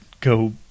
go